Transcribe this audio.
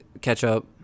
ketchup